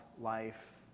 life